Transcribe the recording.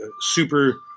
super